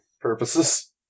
purposes